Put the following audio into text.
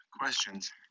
questions